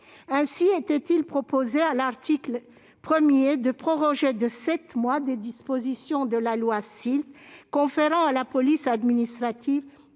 Ainsi est-il proposé à l'article 1 de proroger de sept mois les dispositions de la loi SILT conférant à la police administrative